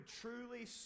truly